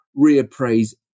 reappraise